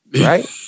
right